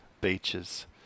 beaches